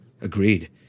Agreed